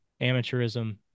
amateurism